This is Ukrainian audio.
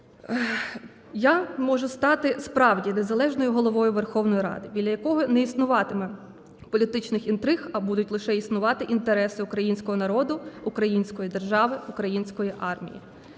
Я можу стати справді незалежною Головою Верховної Ради, біля якого не існуватиме політичних інтриг, а будуть лише існувати інтереси українського народу, української держави, української армії.